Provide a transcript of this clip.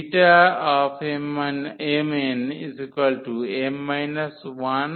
Bmnm 1